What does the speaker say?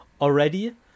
already